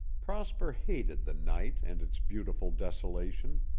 prosper hated the night and its beautiful desolation,